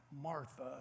Martha